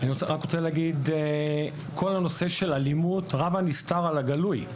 כל הנושא של אלימות, רב הנסתר על הגלוי.